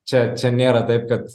čia čia nėra taip kad